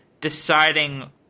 deciding